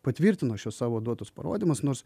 patvirtino šiuos savo duotus parodymus nors